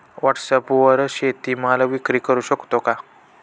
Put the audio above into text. व्हॉटसॲपवर शेती माल विक्री करु शकतो का?